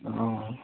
अ